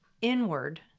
inward